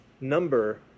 number